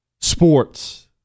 Sports